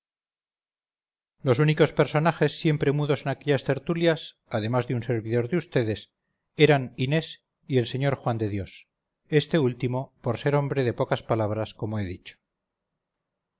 los únicos personajes siempre mudos en aquellas tertulias además de un servidor de ustedes eran inés y el sr juan de dios este último por ser hombre de pocas palabras como he dicho